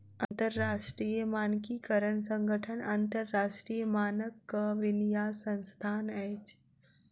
अंतरराष्ट्रीय मानकीकरण संगठन अन्तरराष्ट्रीय मानकक विन्यास संस्थान अछि